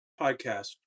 Podcast